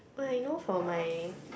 oh I know for my